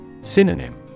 Synonym